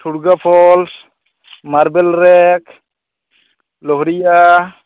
ᱴᱷᱩᱲᱜᱟᱹ falls marble ᱨᱮᱫ ᱞᱚᱦᱚᱨᱤᱭᱟ